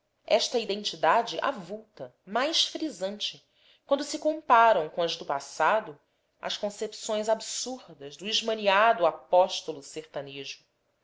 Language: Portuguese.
esta identidade avulta mais frisante quando se comparam com as do passado as concepções absurdas do esmaniado apóstolo sertanejo